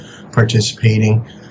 participating